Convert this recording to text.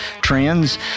trends